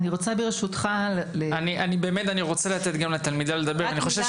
אני רוצה ברשותך להגיד רק מילה, כי לא הכול תקציב.